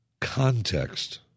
context